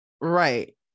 right